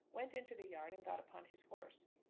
went into the yard and got upon his horse.